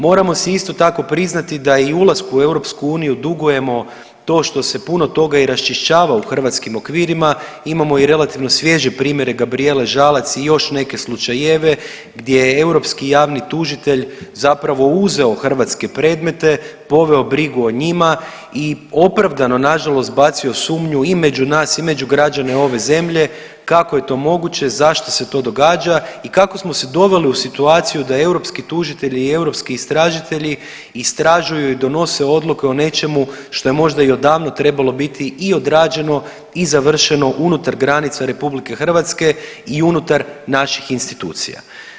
Moramo si isto tako priznati da i ulasku u EU dugujemo to što se puno toga i raščišćava u hrvatskim okvirima, imamo i relativno svježe primjere Gabrijele Žalac i još neke slučajeve gdje je europski javni tužitelj zapravo uzeo hrvatske predmete, poveo brigu o njima i opravdano nažalost bacio sumnju i među nas i među građane ove zemlje, kako je to moguće, zašto se to događa i kako smo se doveli u situaciju da europski tužitelji i europski istražitelji istražuju i donose odluke o nečemu što je možda i odavno trebalo biti i odrađeno i završeno unutar granica RH i unutar naših institucija.